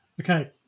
okay